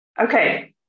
Okay